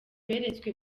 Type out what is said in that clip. beretswe